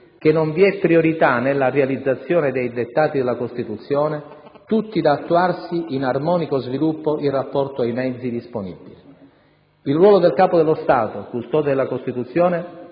«che non vi è priorità nella realizzazione dei dettati della Costituzione, tutti da attuarsi in armonico sviluppo, in rapporto ai mezzi disponibili». Il ruolo del Capo dello Stato, custode della Costituzione,